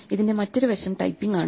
ഇതിന്റെ മറ്റൊരു വശം ടൈപ്പിംഗ് ആണ്